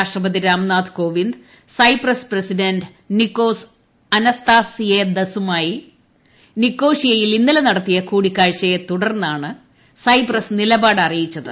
രാഷ്ട്രപതി Ramnath Kovind Cyprus president Nicos അനസ്തസിയദെസുമായി നിക്കോഷ്യയിൽ ഇന്നലെ നടത്തിയ കൂടിക്കാഴ്ചയെ തുടർന്നാണ് സൈപ്രസ് നിലപാട് അറിയിച്ചത്